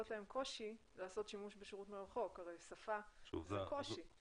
להם קושי לעשות שימוש בשירות מרחוק וכן לאנשים עם מוגבלויות שונות